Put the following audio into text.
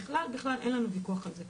בכלל אין לנו ויכוח על זה.